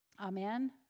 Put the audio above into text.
Amen